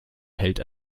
hält